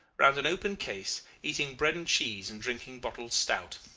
round an open case, eating bread and cheese and drinking bottled stout.